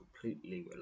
completely